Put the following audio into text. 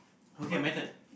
okay my turn